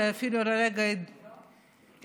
שאפילו לרגע התבלבלתי,